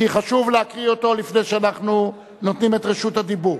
כי חשוב להקריא אותו לפני שאנחנו נותנים את רשות הדיבור: